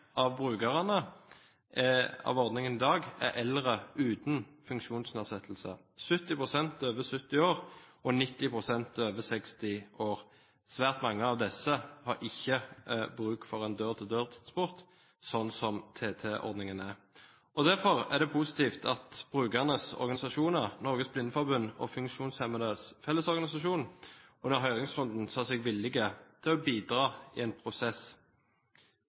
av brukerne av ordningen i dag er eldre uten funksjonsnedsettelse – 70 pst. over 70 år og 90 pst. over 60 år. Svært mange av disse har ikke bruk for en dør-til-dør-transport, slik TT-ordningen er. Derfor er det positivt at brukernes organisasjoner – Norges Blindeforbund og Funksjonshemmedes Fellesorganisasjon – under høringsrunden sa seg villige til å bidra i en prosess